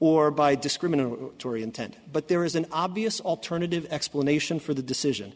or by discriminant torrie intent but there is an obvious alternative explanation for the decision